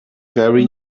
very